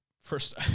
First